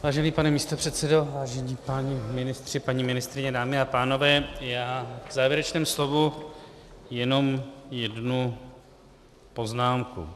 Vážený pane místopředsedo, vážení páni ministři, paní ministryně, dámy a pánové, já v závěrečném slovu jenom jednu poznámku.